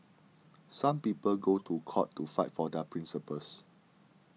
some people go to court to fight for their principles